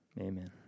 amen